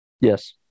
Yes